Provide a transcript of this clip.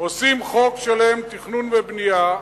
עושים חוק שלם, תכנון ובנייה,